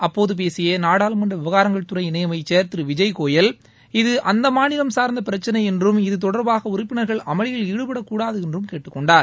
அப்போது பேசிய நாடாளுமன்ற விவகாரத்துறை இணையமைச்சர் திரு விஜய்கோயல் இது அந்த மாநிலம் சார்ந்த பிரச்சனை என்றும் இதுதொடர்பாக உறுப்பினர்கள் அமளியில் ஈடுபடக் கூடாது என்றும் கேட்டுக் கொண்டார்